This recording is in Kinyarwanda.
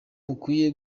mukwiye